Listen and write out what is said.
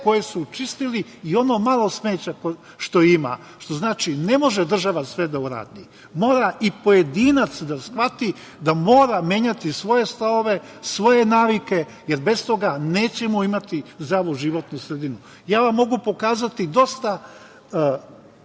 koji su čistili i ono malo smeća što ima. Znači, ne može država sve da uradi. Mora i pojedinac da shvati da mora menjati svoje snove, svoje navike, jer bez toga nećemo imati zdravu životnu sredinu. Ja vam mogu pokazati dosta